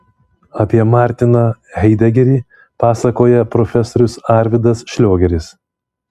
apie martiną haidegerį pasakoja profesorius arvydas šliogeris